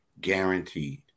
Guaranteed